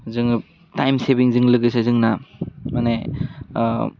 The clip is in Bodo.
जोङो टाइम सेबिंजों लोगोसे जोंना माने ओह